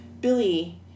Billy